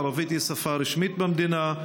הערבית היא שפה רשמית במדינה,